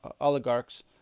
oligarchs